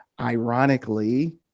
ironically